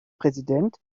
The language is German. präsident